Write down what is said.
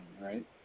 right